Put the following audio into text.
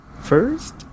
first